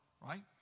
Right